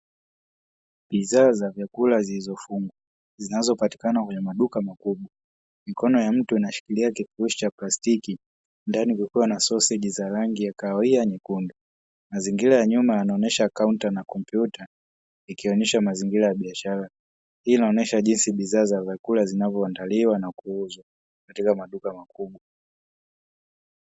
Bidhaa za vyakula zilizofungwa, zinazopatikana kwenye maduka makubwa. Mikono ya mtu inashikilia kifurushi cha plastiki, ndani kukiwa na soseji za rangi ya kahawia, nyekundu. Mazingira ya nyuma yanaonyesha kaunta na kompyuta. Ikionyesha mazingira ya biashara hii inaonyesha jinsi bidhaa za vyakula zinavyoandaliwa na kuuzwa katika maduka makubwa.